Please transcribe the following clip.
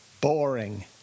boring